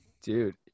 Dude